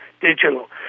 digital